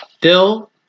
Dill